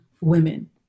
women